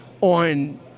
on